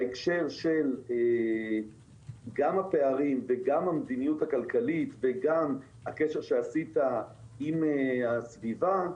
בהקשר של הפערים וגם המדיניות הכלכלית וגם הקשר שעשית עם הסביבה,